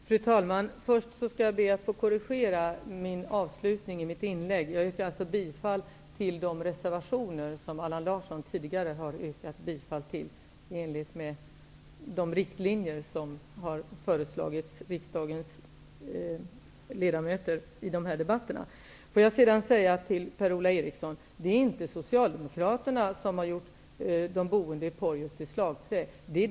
Fru talman! Låt mig säga till Per-Ola Eriksson att det inte är Socialdemokraterna som har gjort de boende i Porjus till slagträn.